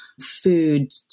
food